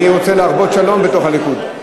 אני רוצה להרבות שלום בתוך הליכוד.